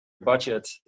budget